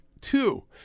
Two